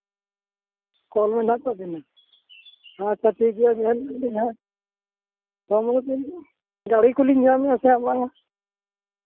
ᱠᱚᱞ ᱢᱮᱱᱟᱜ ᱛᱟᱵᱤᱱᱟ ᱟᱪᱪᱷᱟ ᱴᱷᱤᱠᱜᱮᱭᱟ ᱢᱮᱱ ᱫᱟᱞᱤᱧ ᱦᱟᱸᱜ ᱜᱟᱹᱲᱤ ᱠᱚᱞᱤᱧ ᱧᱟᱢᱮᱜᱼᱟ ᱥᱮ ᱦᱟᱸᱜ ᱵᱟᱝᱟ